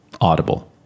Audible